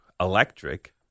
electric